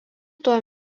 tuo